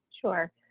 Sure